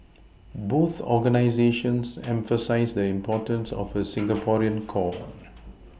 both organisations emphasise the importance of a Singaporean core